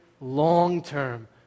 long-term